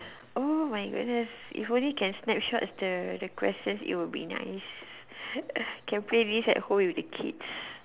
oh my goodness if only can snapshot the the questions it will be nice can play this at home with the kids